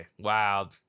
Wow